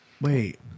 Wait